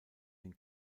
den